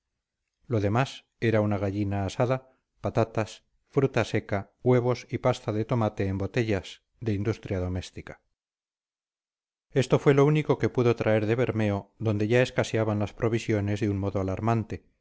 lo demás era una gallina asada patatas fruta seca huevos y pasta de tomate en botellas de industria doméstica esto fue lo único que pudo traer de bermeo donde ya escaseaban las provisiones de un modo alarmante